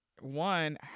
one